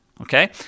okay